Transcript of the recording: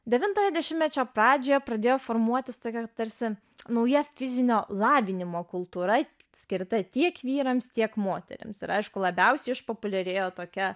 devintojo dešimtmečio pradžioje pradėjo formuotis staiga tarsi naujas fizinio lavinimo kultūra skirta tiek vyrams tiek moterims ir aišku labiausiai išpopuliarėjo tokia